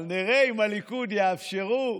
אבל נראה אם הליכוד יאפשרו